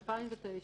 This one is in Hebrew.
מ-2009.